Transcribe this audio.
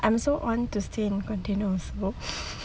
I'm so on to stay in container also